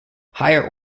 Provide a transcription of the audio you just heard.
higher